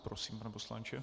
Prosím, pane poslanče.